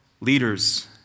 Leaders